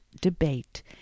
Debate